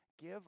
give